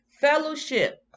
fellowship